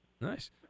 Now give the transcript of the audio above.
Nice